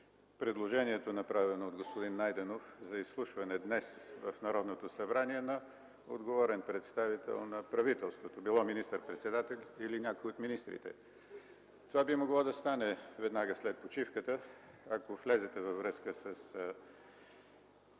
предложението, направено от господин Найденов, за изслушване днес в Народното събрание на отговорен представител на правителството – било министър-председателя, било някой от министрите. Това би могло да стане веднага след почивката, ако влезете във връзка с